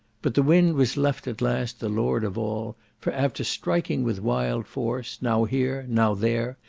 but the wind was left at last the lord of all, for after striking with wild force, now here, now there,